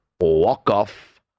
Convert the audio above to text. walk-off